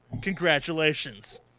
Congratulations